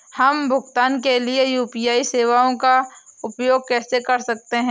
हम भुगतान के लिए यू.पी.आई सेवाओं का उपयोग कैसे कर सकते हैं?